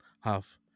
half